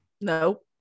No